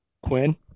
Quinn